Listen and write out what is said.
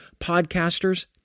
podcasters